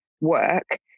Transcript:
work